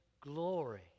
glory